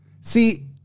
See